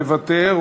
מוותר.